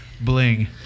Bling